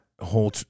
whole